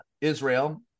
Israel